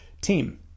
team